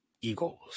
Eagles